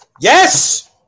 Yes